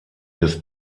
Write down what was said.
des